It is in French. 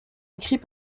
écrit